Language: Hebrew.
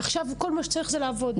עכשיו כל מה שצריך זה לעבוד.